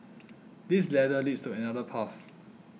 this ladder leads to another path